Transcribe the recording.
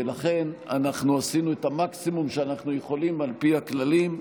ולכן אנחנו עשינו את המקסימום שאנחנו יכולים על פי הכללים.